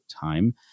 time